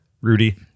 Rudy